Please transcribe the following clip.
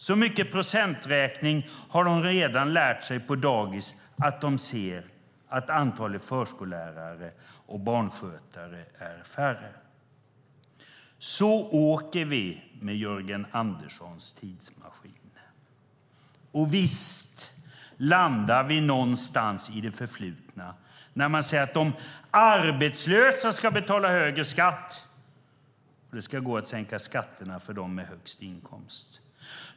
Så mycket procenträkning har barnen lärt sig redan på dagis att de ser att antalet förskollärare och barnskötare är färre. Så åker vi med Jörgen Anderssons tidsmaskin. Och visst landar vi någonstans i det förflutna när de arbetslösa ska betala högre skatt och det ska gå att sänka skatterna för dem med högst inkomster.